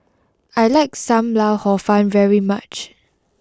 I like Sam Lau Hor Fun very much